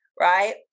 Right